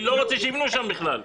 אני לא רוצה שיבנו שם בכלל.